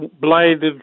bladed